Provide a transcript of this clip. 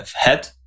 Head